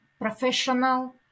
professional